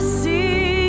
see